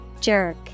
Jerk